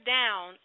down